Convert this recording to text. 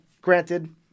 granted